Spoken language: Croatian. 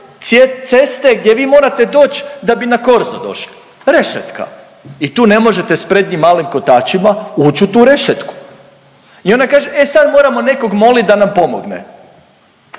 ceste gdje vi morate doći da bi na korzo došli, rešetka. I tu ne možete sa prednjim malim kotačima ući u tu rešetku. I ona kaže e sad moramo nekog molit da nam pomogne.